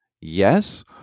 yes